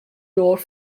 doar